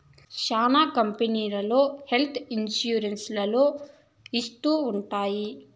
శ్యానా కంపెనీలు health insurance లలో ఇత్తూ ఉంటాయి